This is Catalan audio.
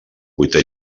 vuitè